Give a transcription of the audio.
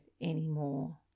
anymore